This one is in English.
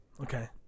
Okay